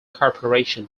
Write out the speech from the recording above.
corporation